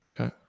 Okay